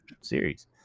series